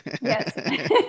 Yes